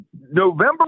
November